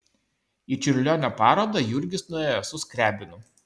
į čiurlionio parodą jurgis nuėjo su skriabinu